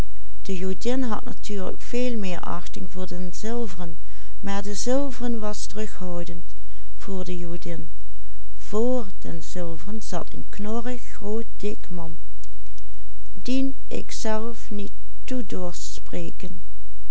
zilveren zat een knorrig groot dik man dien ikzelf niet toe dorst spreken